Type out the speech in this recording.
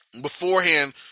beforehand